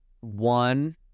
One